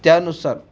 त्यानुसार